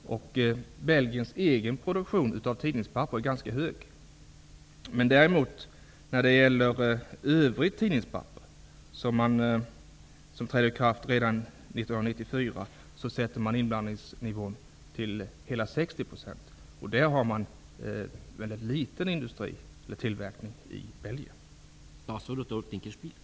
Belgiens egen produktion av tidningspapper är ganska hög. När det däremot gäller övrigt tidningspapper skall inblandningsnivån vara hela 60 %, och lagen träder i kraft redan 1994. Den tillverkningen är väldigt liten i Belgien.